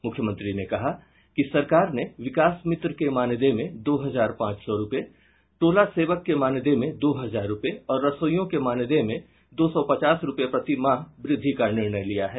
मुख्यमंत्री ने कहा कि सरकार ने विकास मित्र के मानदेय में दो हजार पांच सौ रुपये टोला सेवक के मानदेय में दो हजार रुपये और रसोइयों के मानदेय में दो सौ पचास रुपये प्रतिमाह वृद्धि का निर्णय किया है